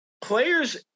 Players